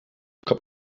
cup